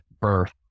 birth